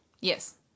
Yes